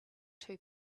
two